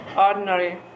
ordinary